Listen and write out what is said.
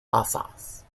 alsace